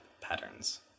patterns